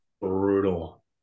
brutal